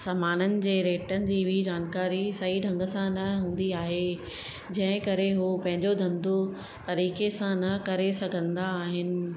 सामाननि जे रेटनि जी बि जानकारी सही ढंग सां न हूंदी आहे जंहिं करे हू पंहिंजो धंधो तरीक़े सां न करे सघंदा आहिनि